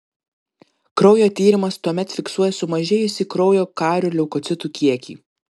kraujo tyrimas tuomet fiksuoja sumažėjusį kraujo karių leukocitų kiekį